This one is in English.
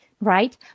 right